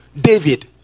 David